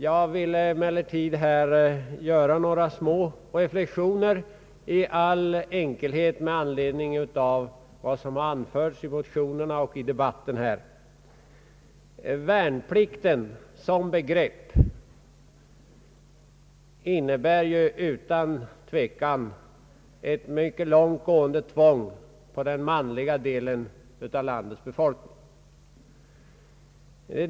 Jag vill göra några små reflexioner i all enkelhet med anledning av vad som har anförts i motionerna och i debatten här. Värnplikten såsom begrepp innebär utan tvekan ett mycket långt gående tvång för den manliga delen av landets befolkning.